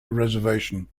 reservation